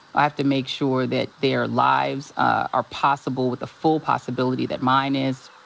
i have to make sure that their lives are possible with the full possibility that mine is.